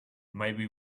maybe